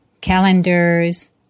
calendars